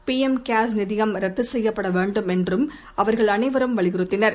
PM CARES நிதியம் ரத்துசெய்யப்பட் வேண்டும் என்றுஅவர்களனைவரும் வலியுறுத்தினர்